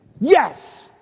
yes